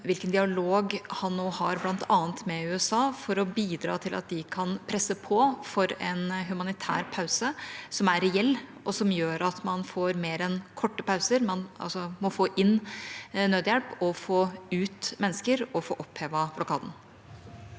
hvilken dialog han nå har med bl.a. USA for å bidra til at de kan presse på for en humanitær pause som er reell, og som gjør at man får mer enn korte pauser. Man må altså få inn nødhjelp, få ut mennesker og få opphevet blokaden.